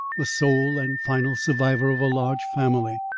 the sole and final survivor of a large family.